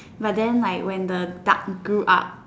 but then like when the duck grew up